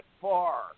far